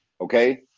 okay